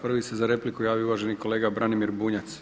Prvi se za repliku javio uvaženi kolega Branimir Bunjac.